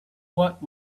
what